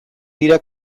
dira